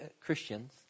Christians